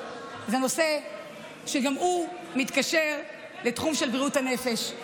שזה נושא שגם הוא מתקשר לתחום בריאות הנפש,